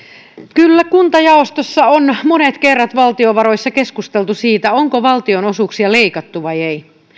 kyllä kuntajaostossa on monet kerrat valtiovaroissa keskusteltu siitä onko valtionosuuksia leikattu vai ei